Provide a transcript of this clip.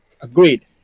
Agreed